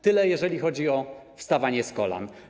Tyle, jeżeli chodzi o wstawanie z kolan.